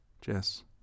Jess